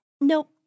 Nope